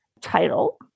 title